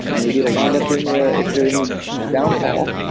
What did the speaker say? maybe it'll wind up being a if there was downfall,